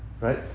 Right